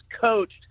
coached